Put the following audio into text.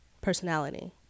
personality